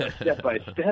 step-by-step